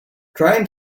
trying